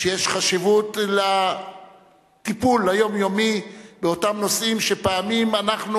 שיש בו חשיבות לטיפול היומיומי באותם נושאים שפעמים אנחנו